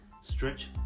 stretch